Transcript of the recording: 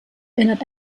erinnert